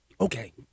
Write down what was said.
okay